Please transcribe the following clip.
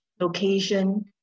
location